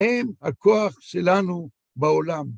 הם הכוח שלנו בעולם.